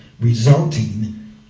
resulting